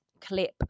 clip